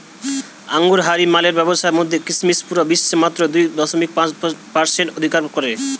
আঙুরহারি মালের ব্যাবসার মধ্যে কিসমিস পুরা বিশ্বে মাত্র দুই দশমিক পাঁচ পারসেন্ট অধিকার করে